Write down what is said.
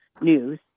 News